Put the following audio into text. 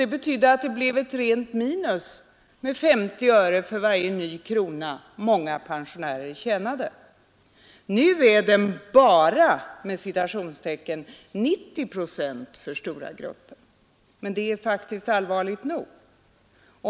Det betydde att det blev ett rent minus på 50 öre för varje ny krona som många pensionärer tjänade. Nu är den ”bara” 90 procent för stora grupper. Men det är faktiskt allvarligt nog.